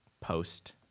Post